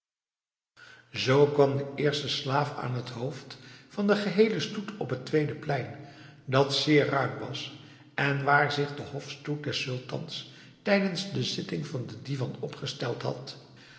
zoo kwam de eerste slaaf aan t hoofd van den geheelen stoet op t tweede plein dat zeer ruim was en waar zich de hofstoet des sultans tijdens de zitting van den divan opgesteld had